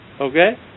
Okay